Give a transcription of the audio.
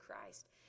Christ